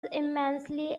immensely